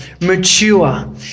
mature